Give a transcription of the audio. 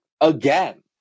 again